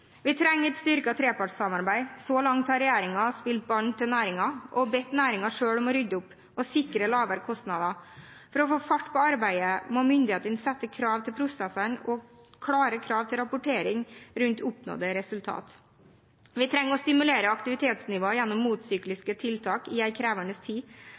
Vi trenger et styrket trepartssamarbeid. Så langt har regjeringen spilt ballen over til næringen og bedt næringen selv om å rydde opp og sikre lavere kostnader. For å få fart på arbeidet må myndighetene sette krav til prosessene og klare krav til rapportering rundt oppnådde resultat. Vi trenger å stimulere aktivitetsnivået gjennom motsykliske tiltak i en krevende tid.